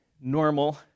normal